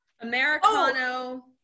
Americano